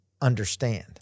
understand